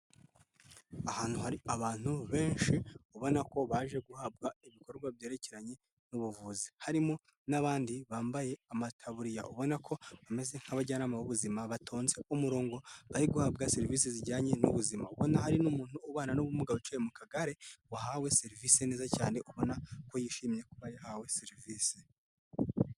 Ahantu hari abantu benshi ubona ko baje guhabwa ibikorwa byerekeranye n'ubuvuzi, harimo n'abandi bambaye amataburiya ubona ko ba ameze nk'abajyanama b'ubuzima batonze umurongo bari guhabwa serivisi zijyanye n'ubuzima, ubona hari n'umuntu ubana n'ubumuga wiciye mu kagare wahawe serivisi neza cyane, ubona ko yishimiye kuba yahawe serivisi.